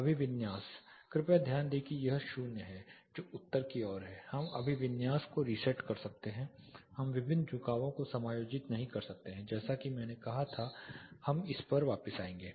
अभिविन्यास कृपया ध्यान दें कि यह शून्य है जो उत्तर की ओर है हम अभिविन्यास को रीसेट कर सकते हैं हम विभिन्न झुकावों को समायोजित नहीं कर सकते हैं जैसा कि मैंने कहा था हम इस पर वापस आएंगे